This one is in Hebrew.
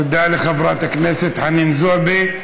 תודה לחברת הכנסת חנין זועבי.